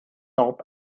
top